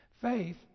Faith